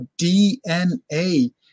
DNA